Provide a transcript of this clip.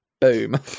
Boom